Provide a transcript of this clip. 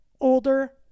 older